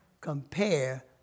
compare